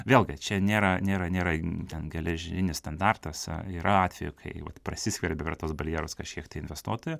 vėlgi čia nėra nėra nėra ten geležinis standartas yra atvejų kai vat prasiskverbia per tuos barjerus kažkiek tai investuotojų